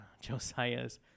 Josiah's